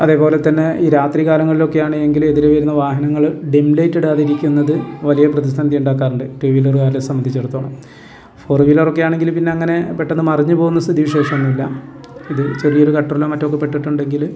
അതേപോലെ തന്നെ ഈ രാത്രി കാലങ്ങളിലൊക്കെയാണ് എങ്കില് എതിരെ വരുന്ന വാഹനങ്ങള് ഡിം ലൈറ്റിടാതിരിക്കുന്നത് വലിയ പ്രതിസന്ധി ഇണ്ടാക്കാറ്ണ്ട് ടൂവീലറ്കാര്ലെ സംബന്ധിച്ചെടത്തോളം ഫോർ വീലറൊക്കെ ആണെങ്കില് പിന്നങ്ങനെ പെട്ടെന്ന് മറിഞ്ഞു പോകുന്ന സ്ഥിതി വിശേഷൊന്നൂല്ല ഇത് ചെറിയൊരു കട്ടർലോ മറ്റൊക്കെ പെട്ടിട്ടുണ്ടെങ്കില്